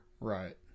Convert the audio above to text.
Right